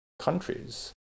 countries